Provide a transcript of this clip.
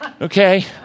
okay